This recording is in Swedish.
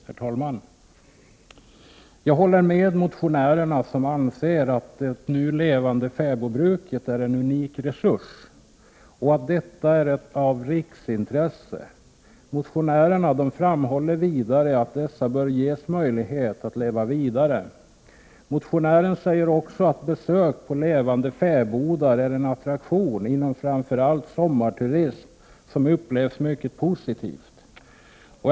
Herr talman! Jag håller med motionärerna som anser att det nu levande fäbodbruket är en unik resurs, och att detta är av riksintresse. Motionärerna framhåller vidare att fäbodarna bör ges möjligheter att leva vidare. Motionärerna säger också att besök på levande fäbodar är en attraktion framför allt för sommarturister som upplever detta som mycket positivt.